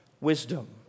wisdom